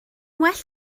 well